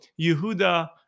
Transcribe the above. Yehuda